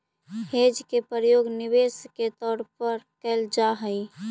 hedge के प्रयोग निवेश के तौर पर कैल जा हई